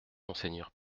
monseigneur